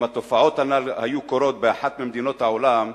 אם התופעות הנ"ל היו קורות באחת ממדינות העולם,